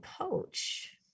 coach